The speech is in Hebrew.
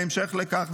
בהמשך לכך,